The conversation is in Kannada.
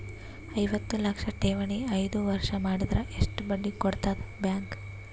ಐವತ್ತು ಲಕ್ಷ ಠೇವಣಿ ಐದು ವರ್ಷ ಮಾಡಿದರ ಎಷ್ಟ ಬಡ್ಡಿ ಕೊಡತದ ಬ್ಯಾಂಕ್?